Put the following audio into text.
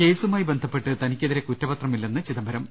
കേസുമായി ബന്ധപ്പെട്ട് തനിക്കെതിരേ കുറ്റപത്രമില്ലെന്ന് ചിദംബ രം